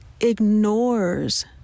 ignores